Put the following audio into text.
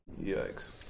Yikes